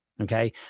Okay